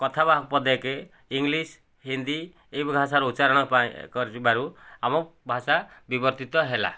କଥା ପଦକେ ଇଙ୍ଗଲିଶ ହିନ୍ଦୀ ଏଇ ଭାଷାର ଉଚ୍ଚାରଣ ପାଇଁ କରିବାରୁ ଆମ ଭାଷା ବିବର୍ତ୍ତିତ ହେଲା